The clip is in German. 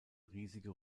riesige